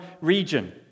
region